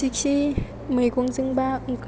जेखि मैगंजों एबा ओंख्रि